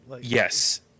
Yes